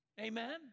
Amen